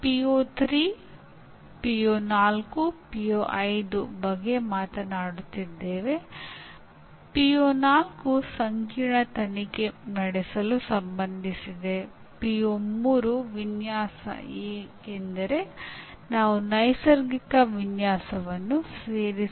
ಒಂದು ಕ್ಷುಲ್ಲಕ ಸಂಗತಿಯೆಂದರೆ ತರಗತಿಯಲ್ಲಿ ಮೊದಲು ಸಮಸ್ಯೆಯನ್ನು ಪರಿಹರಿಸುವವರಿಗೆ ಸಣ್ಣ ಬಹುಮಾನವನ್ನು ನೀಡಬಹುದು